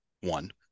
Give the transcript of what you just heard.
One